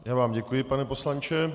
Já vám děkuji, pane poslanče.